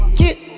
get